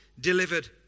delivered